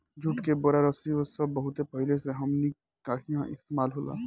जुट के बोरा, रस्सी इ सब बहुत पहिले से हमनी किहा इस्तेमाल होता